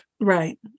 Right